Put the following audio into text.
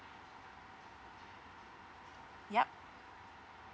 yup